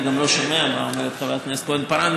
אני גם לא שומע מה אומרת חברת הכנסת כהן-פארן,